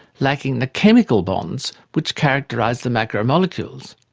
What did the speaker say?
lacking the chemical bonds which characterise the macromolecules.